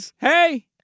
hey